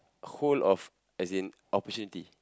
hole of as in opportunity